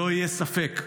שלא יהיה ספק,